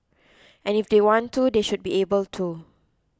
and if they want to they should be able to